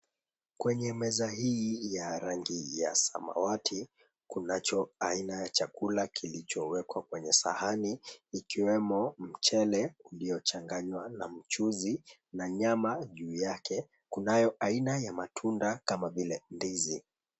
Kwenye meza hii ya rangi ya samawati kunacho aina ya chakula kilichowekwa kwenye sahani, ikiwemo mchele uliochanganywa na mchuzi na nyama juu yake, kunayo aina ya matunda kama vile ndizi.